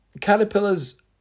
caterpillars